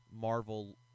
Marvel